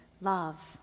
love